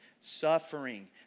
suffering